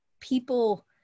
people